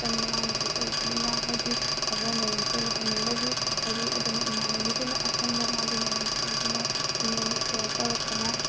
ꯃꯆꯟ ꯃꯅꯥꯎꯅꯨꯄꯤ ꯑꯣꯏꯕꯅꯤꯅ ꯍꯥꯏꯗꯤ ꯐꯖꯅ ꯅꯣꯂꯦꯖꯇꯣ ꯂꯩꯍꯟꯅꯤꯡꯕꯒꯤ ꯍꯥꯏꯕꯤ ꯑꯗꯨꯅ ꯏꯃꯥꯟꯅꯕꯤꯗꯨꯅ ꯑꯈꯪꯕ ꯃꯥꯒꯤ ꯅꯣꯂꯦꯖꯈꯩꯗꯨꯅ ꯑꯩꯉꯣꯟꯗ ꯁꯤꯌ꯭ꯔ ꯇꯧꯔꯛꯄꯅ